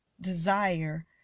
desire